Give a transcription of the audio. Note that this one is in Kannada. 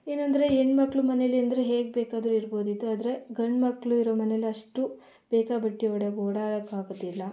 ಏನೆಂದರೆ ಹೆಣ್ಮಕ್ಳು ಮನೆಲೆಂದ್ರೆ ಹೆಂಗೆ ಬೇಕಾದ್ರೂ ಇರ್ಬೋದಿತ್ತು ಆದರೆ ಗಂಡು ಮಕ್ಳಿರೊ ಮನೆಲಿ ಅಷ್ಟು ಬೇಕಾಬಿಟ್ಟಿ ಒಡೆಕ್ ಓಡಾಡೋಕೆ ಆಗೋದಿಲ್ಲ